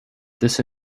this